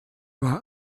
war